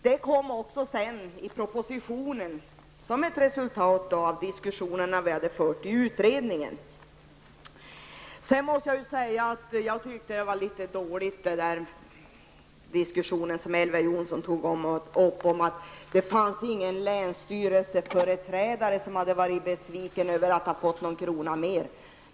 Det kom sedan i propositionen som ett resultat av diskussionerna vi hade fört i utredningen. Sedan måste jag säga att jag tycker att det var litet dåligt det som Elver Jonsson sade om att ingen länsstyrelseföreträdare hade varit besviken över att ha fått någon krona mer.